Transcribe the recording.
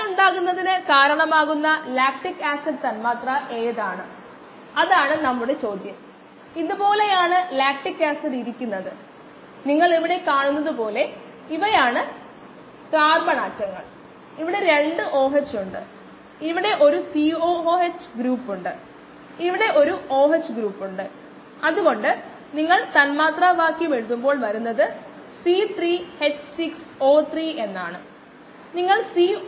19 ന് തുല്യമാണ് മറ്റ് രണ്ട് കണക്കുകൂട്ടലുകളും നമ്മൾ വിശദമായി കണ്ടു അതേ രീതിയിൽ തന്നെ ഈ മൂല്യങ്ങൾ 35 മിനിറ്റിനും 75 മിനിറ്റിനും നമുക്ക് ലഭിക്കും അവ ആ ഇടവേളകളുടെ മധ്യ പോയിന്റുകളാണ് s അനുബന്ധ രേഖീയ വ്യതിയാനങ്ങളുടെ മധ്യ പോയിന്റുകളും v ആ ഇടവേളയിൽ കണക്കാക്കിയ ശരാശരി നിരക്കും